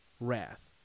wrath